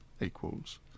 equals